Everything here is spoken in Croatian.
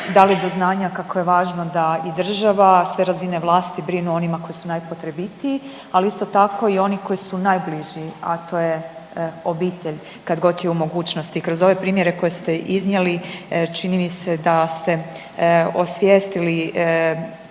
dali do znanja kako je važno da i država, a sve razine vlasti brinu o onima koji su najpotrebitiji, ali isto tako i oni koji su najbliži, a to je obitelj kad god je u mogućnosti. Kroz ove primjere koje ste iznijeli čini mi se da ste osvijestili